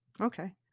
Okay